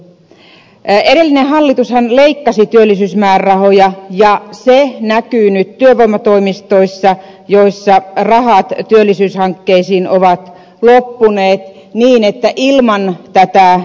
edellinen hallitushan leikkasi työllisyysmäärärahoja ja se näkyy nyt työvoimatoimistoissa joissa rahat työllisyyshankkeisiin ovat loppuneet niin että ilman päätään